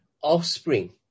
offspring